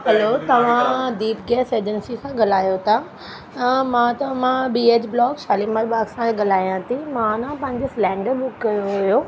hello तव्हां Deep gas agency सां ॻाल्हायो था मां त मां B H block Shalimar Bagh सां सां ई ॻाल्हायां थी मां न पंहिंजे सिलैंडर बुक कयो हुयो